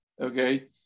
okay